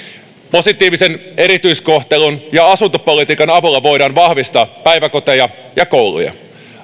positiivisen erityiskohtelun ja asuntopolitiikan avulla voidaan vahvistaa päiväkoteja ja kouluja